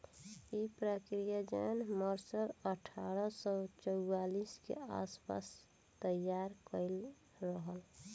इ प्रक्रिया John Mercer अठारह सौ चौवालीस के आस पास तईयार कईले रहल